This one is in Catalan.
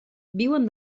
viuen